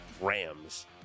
Rams